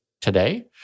today